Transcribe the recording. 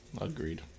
Agreed